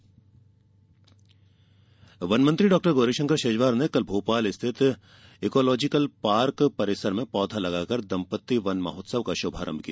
पौध रोपण वन मंत्री डॉक्टर गौरीशंकरशेजवार ने कल भोपाल स्थित इकॉलोजिकल पार्क परिसर में पौधा लगाकर दंपत्ति वन महोत्सव का शुभारंभ किया